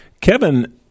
Kevin